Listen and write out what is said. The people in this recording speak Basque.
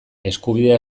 eskubidea